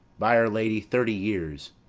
by'r lady, thirty years.